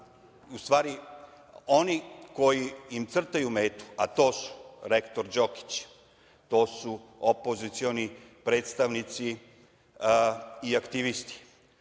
da oni koji im crtaju metu, a to su rektor Đokić, to su opozicioni predstavnici i aktivisti,